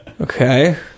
okay